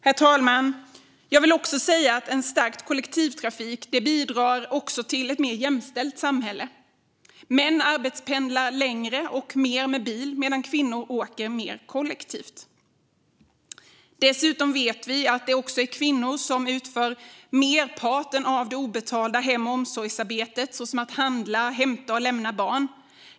Herr talman! Jag vill säga att en stärkt kollektivtrafik också bidrar till ett mer jämställt samhälle. Män arbetspendlar längre och mer med bil, medan kvinnor åker mer kollektivt. Dessutom vet vi att det är kvinnor som utför merparten av det obetalda hem och omsorgsarbetet såsom att handla och hämta och lämna barn.